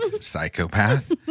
Psychopath